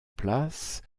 place